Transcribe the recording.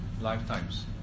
lifetimes